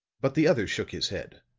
but the other shook his head.